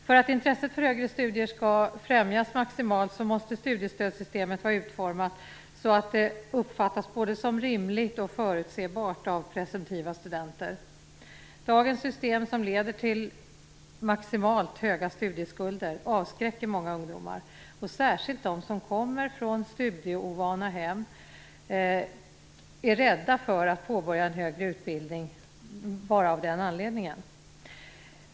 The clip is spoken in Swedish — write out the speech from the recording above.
För att intresset för högre studier skall främjas maximalt måste studiestödssystemet vara utformat så att det uppfattas både som rimligt och som förutsägbart av presumtiva studenter. Dagens system, som leder till maximalt höga studieskulder, avskräcker många ungdomar, och särskilt de som kommer från studieovana hem är rädda för att påbörja en högre utbildning bara av den anledningen.